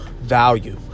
value